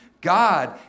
God